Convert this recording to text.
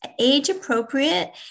age-appropriate